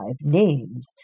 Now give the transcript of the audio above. names